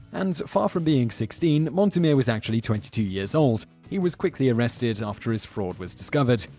and far from being sixteen, montimere was actually twenty two years old. he was quickly arrested after his fraud was discovered.